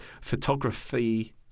Photography